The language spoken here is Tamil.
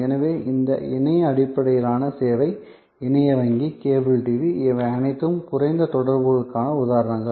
எனவே இந்த இணைய அடிப்படையிலான சேவை இணைய வங்கி கேபிள் டிவி இவை அனைத்தும் குறைந்த தொடர்புக்கான உதாரணங்கள்